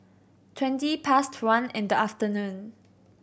twenty past one in the afternoon